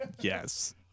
Yes